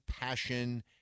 passion